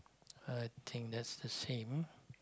I think that's the same